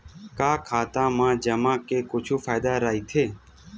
का खाता मा जमा के कुछु फ़ायदा राइथे?